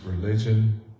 religion